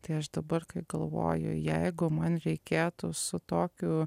tai aš dabar kai galvoju jeigu man reikėtų su tokiu